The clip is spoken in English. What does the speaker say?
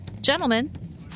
gentlemen